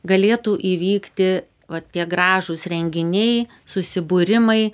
galėtų įvykti va tie gražūs renginiai susibūrimai